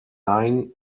nine